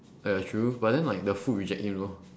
ya true but then like the food reject him lor